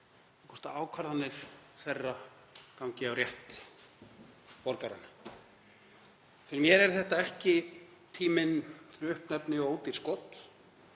hvort ákvarðanir þeirra gangi á rétt borgaranna. Fyrir mér er þetta ekki tíminn fyrir uppnefni og ódýr skot